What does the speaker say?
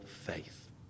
faith